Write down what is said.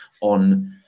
on